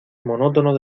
monótono